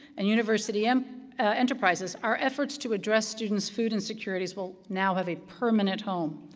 and university um enterprises, our efforts to address students' food insecurities will now have a permanent home.